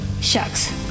Shucks